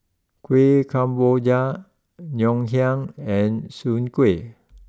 Kueh Kemboja Ngoh Hiang and Soon Kueh